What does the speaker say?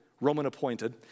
Roman-appointed